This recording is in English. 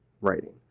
writing